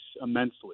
immensely